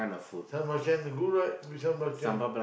sambal belacan good right with sambal belacan